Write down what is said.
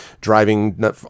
driving